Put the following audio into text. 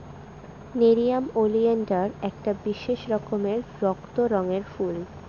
nerium oleander একটা বিশেষ রকমের রক্ত রঙের ফুল